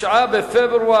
התשס"ח 2008,